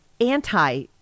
anti